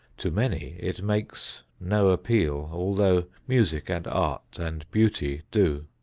to many it makes no appeal, although music and art and beauty do.